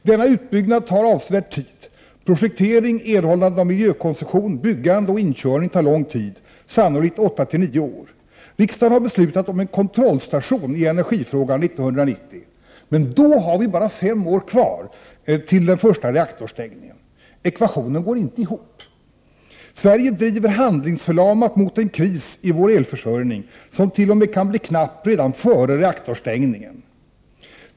Denna utbyggnad tar avsevärd tid: projektering, erhållande av miljökoncession, byggande och inkörning tar lång tid, sannolikt 8-9 år. Riksdagen har beslutat om en ”kontrollstation” i energifrågan 1990, men då har vi bara fem år kvar till den första reaktorstängningen! Ekvationen går inte ihop. Sverige driver handlingsförlamat mot en kris i vår elförsörjning, som t.o.m. kan bli knapp redan före reaktorstängningen.